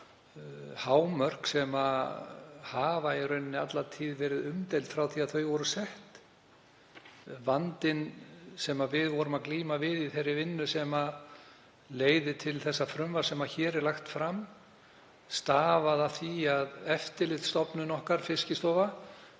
hámörk sem hafa í rauninni alla tíð verið umdeild frá því að þau voru sett. Vandinn sem við vorum að glíma við í þeirri vinnu sem leiðir til þess frumvarps sem hér er lagt fram, er af því að eftirlitsstofnun okkar, Fiskistofa,